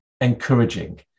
encouraging